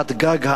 תחת גג העננים.